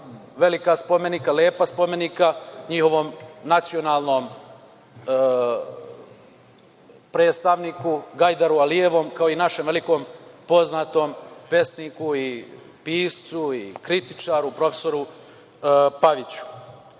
velika spomenika, lepa spomenika, njihovom nacionalnom predstavniku Gajderu Alijevom kao i našem velikom, poznatom pesniku i piscu i kritičaru, profesoru Paviću.